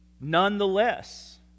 Nonetheless